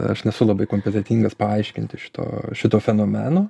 aš nesu labai kompetentingas paaiškinti šito šito fenomeno